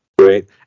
right